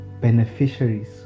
beneficiaries